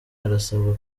arasabwa